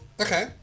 Okay